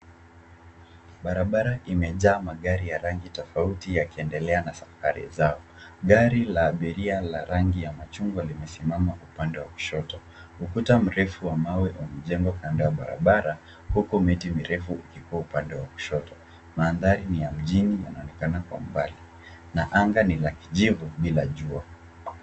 Barabara imejaa magari ya rangi tofauti yakiendelea na safari zao. Gari la abiria la rangi ya machungwa limesimama upande wa kushoto. Ukuta mrefu wa mawe umejengwa kando ya barabara huku miti mirefu ukikuwa upande wa kushoto. Mandhari ni ya mjini yanaonekana kwa mbali na anga ni la kijivu bila jua.